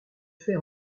fait